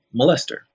molester